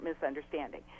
misunderstanding